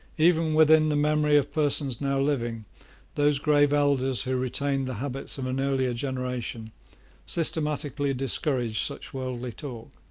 even within the memory of persons now living those grave elders who retained the habits of an earlier generation systematically discouraged such worldly talk.